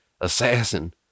assassin